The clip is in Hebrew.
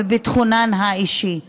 מביטחונן האישי.